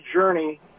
Journey